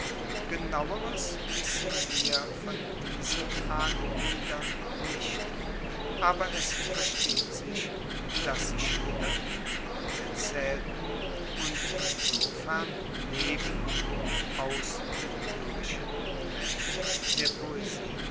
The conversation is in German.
genaueres wissen wir von diesen ahnenliedern nicht aber es versteht sich dass sie schilderten und erzaehlten und insofern neben und aus dem lyrischen moment der poesie